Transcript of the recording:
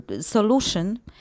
solution